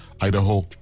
Idaho